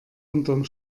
unterm